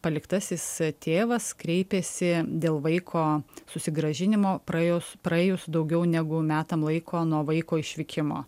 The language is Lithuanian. paliktasis tėvas kreipėsi dėl vaiko susigrąžinimo praėjus praėjus daugiau negu metam laiko nuo vaiko išvykimo